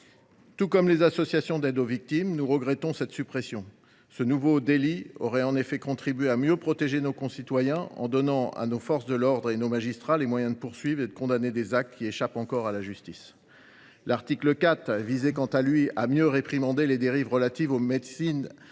Tout comme les associations d’aide aux victimes, nous regrettons cette suppression. En effet, ce nouveau délit aurait contribué à mieux protéger nos concitoyens, en donnant aux forces de l’ordre et aux magistrats les moyens de poursuivre et de condamner les personnes ayant commis des actes qui échappent encore à la justice. L’article 4 visait, quant à lui, à mieux réprimer les dérives relatives aux médecines